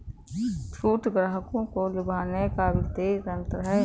छूट ग्राहकों को लुभाने का वित्तीय तंत्र है